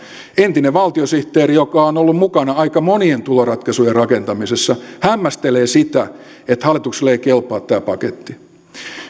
entinen valtiosihteeri joka on ollut mukana aika monien tuloratkaisujen rakentamisessa hämmästelee sitä että hallitukselle ei kelpaa tämä paketti